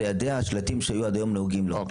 ליידע אפילו בשלטים שהיו נהוגים עד היום.